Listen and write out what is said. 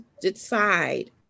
decide